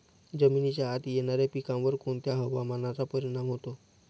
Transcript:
जमिनीच्या आत येणाऱ्या पिकांवर कोणत्या हवामानाचा परिणाम होतो?